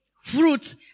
fruits